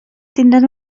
tindran